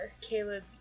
Caleb